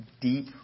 deep